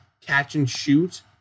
catch-and-shoot